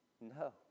No